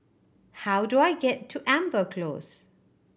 how do I get to Amber Close